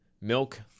Milk